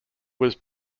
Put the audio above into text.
was